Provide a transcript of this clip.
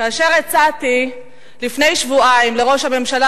כאשר הצעתי לפני שבועיים לראש הממשלה